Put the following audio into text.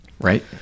right